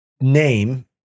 name